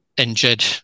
Injured